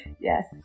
Yes